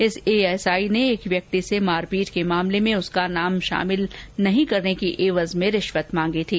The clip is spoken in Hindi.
इस एएसआई ने एक व्यक्ति से मारपीट के मामले में उसका नाम शामिल नहीं करने की एवज में रिश्वत मांगी थी